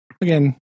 Again